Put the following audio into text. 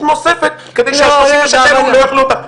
נוספת כדי שה-36% האלה לא יאכלו אותה.